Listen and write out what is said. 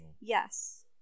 yes